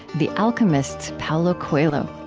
the alchemist's paulo coelho